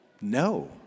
No